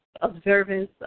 observance